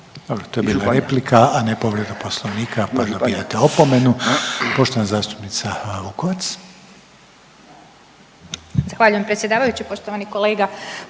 Dobro, to je bila replika, a ne povreda poslovnika, pa dobijate opomenu. Poštovana zastupnica Vukovac. **Vukovac, Ružica (Nezavisni)** Zahvaljujem predsjedavajući. Poštovani kolega